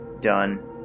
done